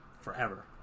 forever